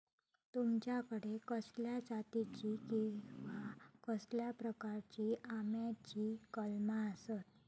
तुमच्याकडे कसल्या जातीची किवा कसल्या प्रकाराची आम्याची कलमा आसत?